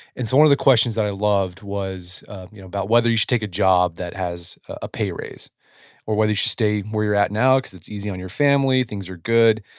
and so, one of the questions that i loved was you know about whether you should take a job that has a pay raise or whether you should stay where you're at now cause it's easy on your family, things are good.